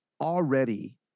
already